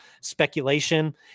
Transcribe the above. speculation